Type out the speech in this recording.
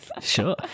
Sure